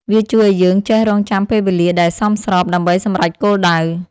វាជួយឱ្យយើងចេះរង់ចាំពេលវេលាដែលសមស្រប ដើម្បីសម្រេចគោលដៅ។